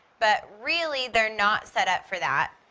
but really they're not set up for that.